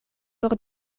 por